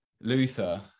Luther